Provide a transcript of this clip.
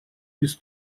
без